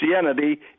Christianity